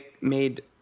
made